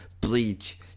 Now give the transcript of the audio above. Bleach